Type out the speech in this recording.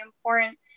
important